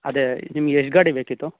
ಅದೇ ನಿಮ್ಗೆ ಎಷ್ಟು ಗಾಡಿ ಬೇಕಿತ್ತು